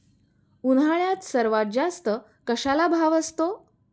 उन्हाळ्यात सर्वात जास्त कशाला भाव असतो?